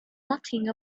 nothing